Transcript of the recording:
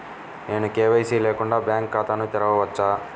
నేను కే.వై.సి లేకుండా బ్యాంక్ ఖాతాను తెరవవచ్చా?